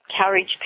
courage